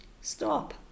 stop